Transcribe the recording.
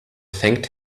thanked